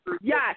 Yes